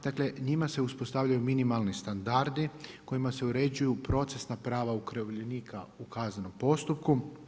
Dakle njima se uspostavljaju minimalni standardi kojima se uređuju procesna prava okrivljenika u kaznenom postupku.